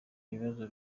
ibibazo